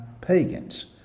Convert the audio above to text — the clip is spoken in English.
pagans